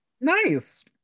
Nice